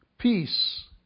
peace